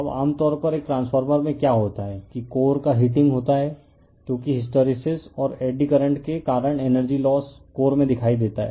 अब आम तौर पर एक ट्रांसफॉर्मर में क्या होता है कि कोर का हीटिंग होता है क्योंकि हिस्टैरिसीस और एड़ी करंट के कारण एनर्जी लोस कोर में दिखाई देती है